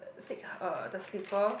uh stick uh the slipper